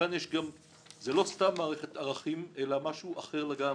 שכאן יש גם לא סתם מערכת ערכים אלא משהו אחר לגמרי.